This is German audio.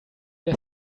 der